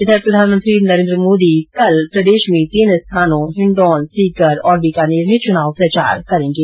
इधर प्रधानमंत्री नरेन्द्र मोदी कल प्रदेश में तीन स्थानों हिण्डौन सीकर और बीकानेर में चुनाव प्रचार करेंगे